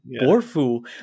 Borfu